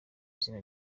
izina